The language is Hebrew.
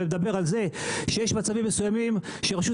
והוא מדבר על זה שיש מצבים מסוימים שרשות